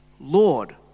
Lord